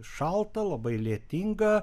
šalta labai lietinga